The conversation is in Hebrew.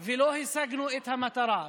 ולא השגנו את המטרה.